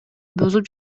бузуп